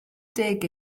deg